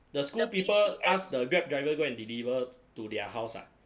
the school people ask the grab driver go and deliver to their house ah